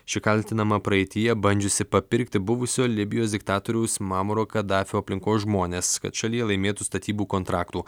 ši kaltinama praeityje bandžiusi papirkti buvusio libijos diktatoriaus mamuro kadafio aplinkos žmones kad šalyje laimėtų statybų kontraktų